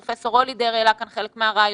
פרופ' רולידר העלה כאן חלק מהרעיונות,